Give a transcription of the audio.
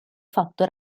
fatto